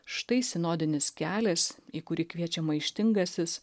štai sinodinis kelias į kurį kviečia maištingasis